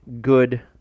good